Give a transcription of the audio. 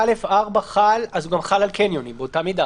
חל על קניונים באותה מידה.